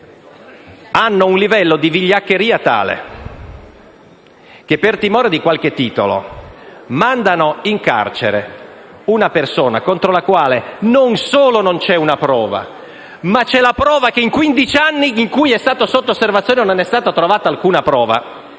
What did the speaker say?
hanno un livello di vigliaccheria tale che per timore di qualche titolo mandano in carcere una persona contro la quale non solo non c'è una prova, ma c'è la prova che nei quindici anni in cui è stata sotto osservazione non è stata trovata alcuna prova,